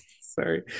sorry